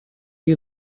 you